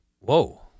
Whoa